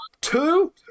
two